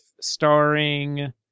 starring